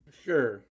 Sure